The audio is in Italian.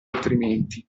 altrimenti